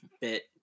bit